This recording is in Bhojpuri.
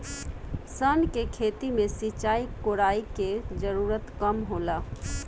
सन के खेती में सिंचाई, कोड़ाई के जरूरत कम होला